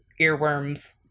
earworms